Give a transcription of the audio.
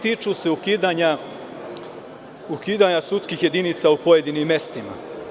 Tiču se ukidanja sudskih jedinica u pojedinim mestima.